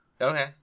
Okay